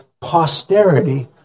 Posterity